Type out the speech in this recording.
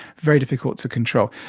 very difficult to control.